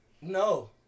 No